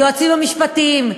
היועצים המשפטיים,